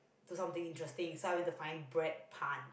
do something interesting so I went to find bread puns